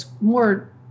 more